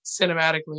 cinematically